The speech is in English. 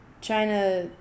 China